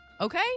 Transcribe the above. okay